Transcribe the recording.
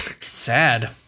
sad